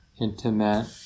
intimate